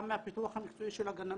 גם הפיתוח המקצועי של הגננות.